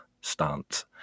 stance